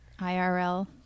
IRL